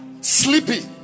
sleepy